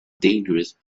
dangerous